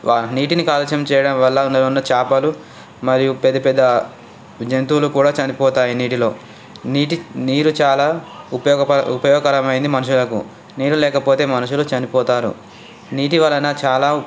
నీటిని కాలుష్యం చేయటం వల్ల అందులో ఉన్న చేపలు మరియు పెద్ద పెద్ద జంతువులు కూడా చనిపోతాయి నీటిలో నీటి నీరు చాలా ఉపయోగ ఉపయోగకరమైంది మనుషులకు నీళ్ళు లేకపోతే మనుషులు చనిపోతారు నీటి వలన చాలా